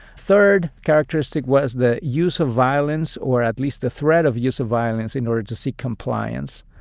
third characteristic was the use of violence or at least the threat of use of violence in order to seek compliance.